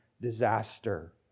disaster